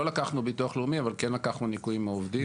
לא לקחנו ביטוח לאומי אבל כן לקחנו ניכויים מעובדים.